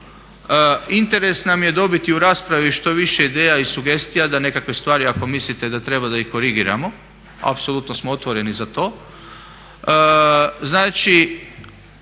Interes nam je dobiti u raspravi što više ideja i sugestija da nekakve stvari ako mislite da treba da ih korigiramo apsolutno smo otvoreni za to.